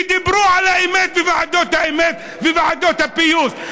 ודיברו על האמת בוועדות האמת ובוועדות הפיוס.